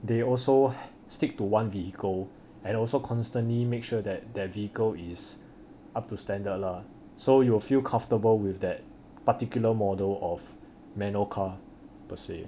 they also stick to one vehicle and also constantly make sure that the vehicle is up to standard lah so you will feel comfortable with that particular model of manual car [pe] seh